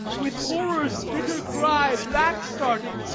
with horror's bitter cry back-starting,